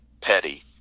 Petty